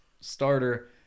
starter